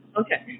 Okay